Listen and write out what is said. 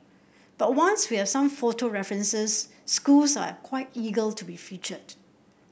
but once we have some photo references schools are quite ego to be featured